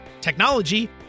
technology